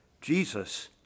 Jesus